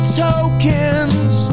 tokens